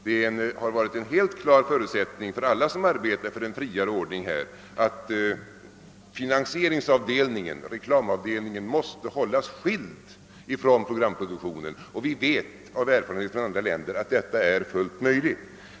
Det har varit en helt klar förutsättning för alla som arbetat för en friare ordning här, att finansieringsavdelningen, d.v.s. reklamavdelningen, måste hållas skild från programproduktionen. Vi vet nämligen av erfarenhet från andra länder att detta är fullt möjligt.